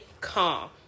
calm